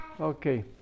Okay